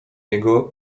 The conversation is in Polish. jego